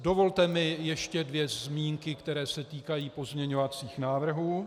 Dovolte mi ještě dvě zmínky, které se týkají pozměňovacích návrhů.